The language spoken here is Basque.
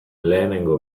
lehenengo